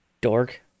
dork